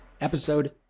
episode